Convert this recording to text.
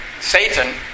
Satan